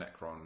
Necron